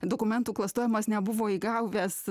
dokumentų klastojimas nebuvo įgauvęs